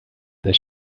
does